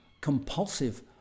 compulsive